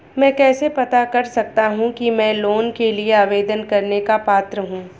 मैं कैसे पता कर सकता हूँ कि मैं लोन के लिए आवेदन करने का पात्र हूँ?